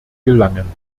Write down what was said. gelangen